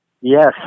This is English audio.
Yes